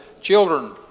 children